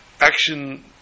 action